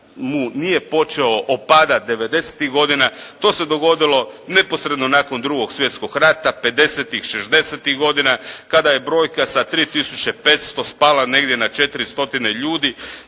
nije počeo opadati 90.-ih godina, to se dogodilo neposredno nakon II. svjetskog rata, '50.-ih, '60.-ih godina kada je brojka sa 3500 spala negdje na 4